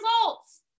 results